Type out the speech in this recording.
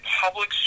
public